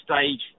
stage